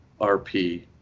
RP